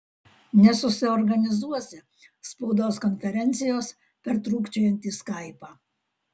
nesusiorganizuosi spaudos konferencijos per trūkčiojantį skaipą